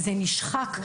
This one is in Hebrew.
זה נשחק.